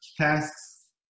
tasks